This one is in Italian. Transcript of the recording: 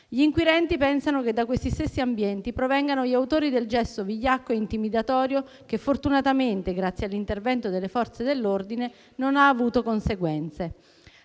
Gli inquirenti pensano che da questi stessi ambienti provengano gli autori del gesto vigliacco e intimidatorio che fortunatamente, grazie all'intervento delle Forze dell'ordine, non ha avuto conseguenze.